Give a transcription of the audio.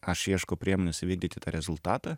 aš ieškau priemones įvykdyti tą rezultatą